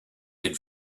had